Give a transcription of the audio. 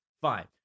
fine